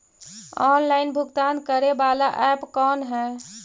Online भुगतान करे बाला ऐप कौन है?